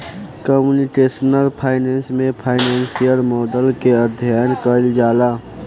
computational finance में financial model के अध्ययन कईल जाला